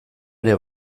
ere